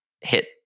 hit